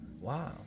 Wow